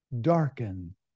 darken